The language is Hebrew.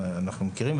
אנחנו מכירים,